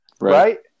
right